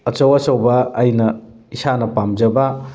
ꯑꯆꯧ ꯑꯆꯧꯕ ꯑꯩꯅ ꯏꯁꯥꯅ ꯄꯥꯝꯖꯕ